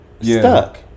stuck